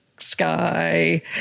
sky